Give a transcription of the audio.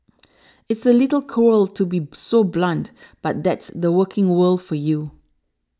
it's a little cruel to be so blunt but that's the working world for you